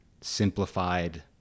simplified